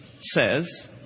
says